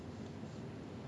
primary school de la salle